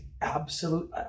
absolute